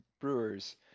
brewers